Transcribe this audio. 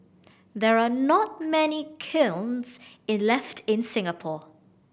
there are not many kilns in left in Singapore